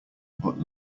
but